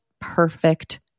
perfect